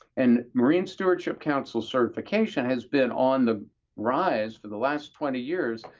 and marine stewardship council certification has been on the rise for the last twenty years.